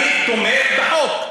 אני תומך בחוק.